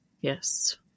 Yes